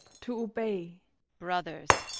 to obey brothers,